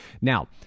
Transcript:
Now